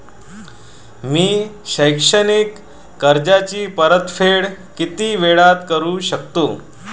मी शैक्षणिक कर्जाची परतफेड किती वेळात करू शकतो